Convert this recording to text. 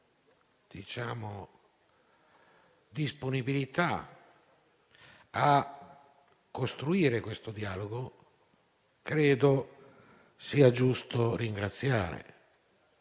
la loro disponibilità a costruire questo dialogo credo sia giusto ringraziare.